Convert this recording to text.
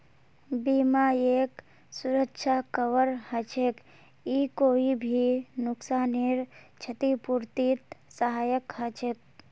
बीमा एक सुरक्षा कवर हछेक ई कोई भी नुकसानेर छतिपूर्तित सहायक हछेक